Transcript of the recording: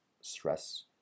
stress